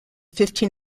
fifteen